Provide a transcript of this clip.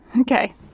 Okay